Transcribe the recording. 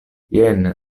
jen